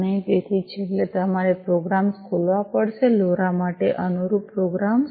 અને તેથી છેલ્લે તમારે પ્રોગ્રામ્સ ખોલવા પડશે લોરા માટે અનુરૂપ પ્રોગ્રામ્સ